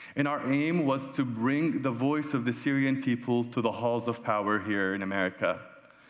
and, our name was to bring the voice of the syrian people to the halls of power here in america,